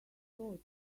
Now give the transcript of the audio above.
thought